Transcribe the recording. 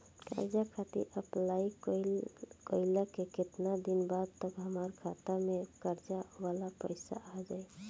कर्जा खातिर अप्लाई कईला के केतना दिन बाद तक हमरा खाता मे कर्जा वाला पैसा आ जायी?